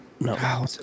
No